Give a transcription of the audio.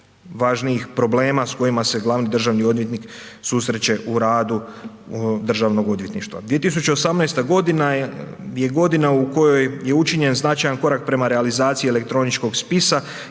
važnijih problema s kojima se glavni državni susreće u radu državnog odvjetništva. 2018. godina je godina u kojoj je učinjen značajan korak prema realizaciji elektroničkog spisa